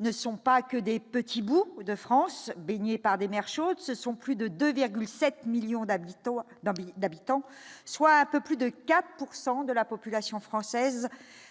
ne sont pas que des petits bouts de France baignée par des mers chaudes, ce sont plus de 2,7 millions d'habitants, donc d'habitants, soit un peu plus de 4 pourcent de la population française,